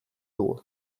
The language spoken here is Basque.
dugu